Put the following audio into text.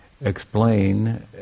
explain